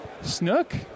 Snook